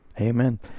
Amen